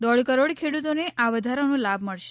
દોઢ કરોડ ખેડૂતોને આ વધારાનો લાભ મળશે